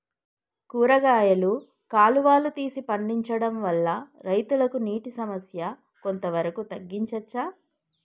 కూరగాయలు కాలువలు తీసి పండించడం వల్ల రైతులకు నీటి సమస్య కొంత వరకు తగ్గించచ్చా?